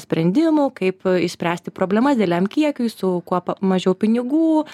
sprendimų kaip išspręsti problemas dideliam kiekiui su kuo pa mažiau pinigų